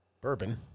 bourbon